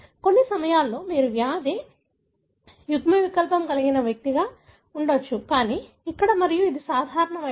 కొన్ని సమయాల్లో మీరు వ్యాధి యుగ్మవికల్పం ఉన్న వ్యక్తిని కలిగి ఉండవచ్చు కానీ ఇక్కడ మరియు ఇక్కడ సాధారణమైనది